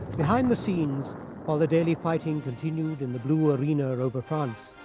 behind the scenes while the daily fighting continued in the blue arena over france,